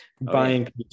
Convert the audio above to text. Buying